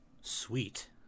Sweet